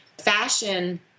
fashion